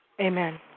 Amen